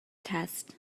test